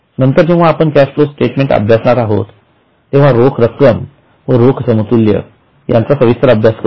नंतर जेंव्हा आपण कॅशफ्लो स्टेटमेंट अभ्यासणार आहोत तेंव्हा रोख रक्कम व रोख समतुल्य याचा सविस्तर अभ्यास करू